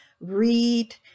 read